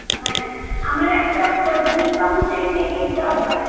হ্যাঁ আমার একটা ক দুই পাউন্ডের কেকের দরকার